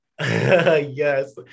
Yes